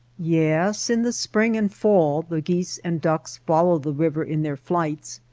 yes in the spring and fall the geese and ducks follow the river in their flights,